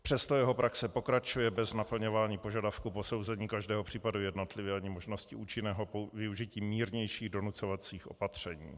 Přesto jeho praxe pokračuje bez naplňování požadavku posouzení každého případu jednotlivě ani možnosti účinného využití mírnějších donucovacích opatření.